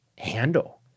handle